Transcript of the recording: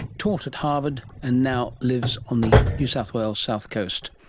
taught at harvard, and now lives on the new south wales south coast.